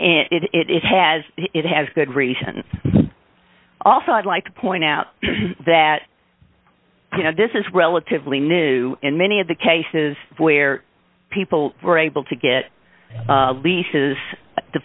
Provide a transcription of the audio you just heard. and it has it has good reason also i'd like to point out that you know this is relatively new in many of the cases where people were able to get leases